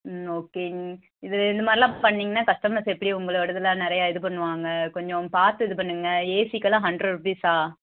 ம் ஓகே இதில் இந்தமாதிரிலாம் பண்ணிங்கன்னா கஸ்டமர்ஸ் எப்படி உங்களோடதில் நிறையா இது பண்ணுவாங்க கொஞ்சம் பார்த்து இது பண்ணுங்கள் ஏசிக்கெல்லாம் ஹண்ட்ரட் ருபீஸா